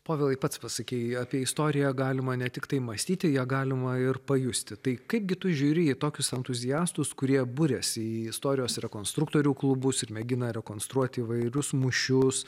povilai pats pasakei apie istoriją galima ne tiktai mąstyti ją galima ir pajusti tai kaipgi tu žiūri į tokius entuziastus kurie buriasi į istorijos ir rekonstruktorių klubus ir mėgina rekonstruoti įvairius mūšius